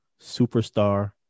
superstar